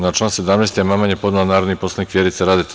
Na član 17. amandman je podnela narodni poslanik Vjerica Radeta.